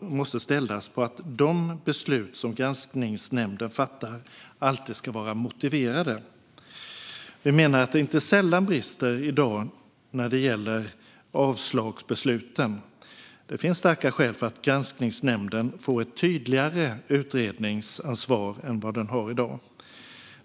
måste ställas på att de beslut som Granskningsnämnden fattar alltid ska vara motiverade. Vi menar att det i dag inte sällan brister när det gäller avslagsbesluten. Det finns starka skäl för att Granskningsnämnden ska få ett tydligare utredningsansvar än vad den har i dag.